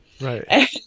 Right